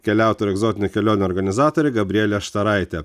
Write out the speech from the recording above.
keliautoja ir egzotinių kelionių organizatorė gabrielė štaraitė